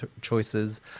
choices